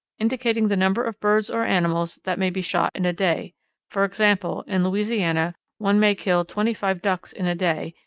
indicating the number of birds or animals that may be shot in a day for example, in louisiana one may kill twenty-five ducks in a day,